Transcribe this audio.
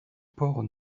port